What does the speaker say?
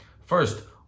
First